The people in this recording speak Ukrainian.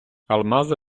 алмази